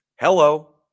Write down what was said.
hello